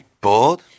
bored